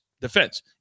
defense